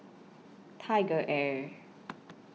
TigerAir